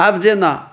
आब जेना